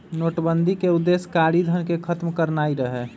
नोटबन्दि के उद्देश्य कारीधन के खत्म करनाइ रहै